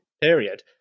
period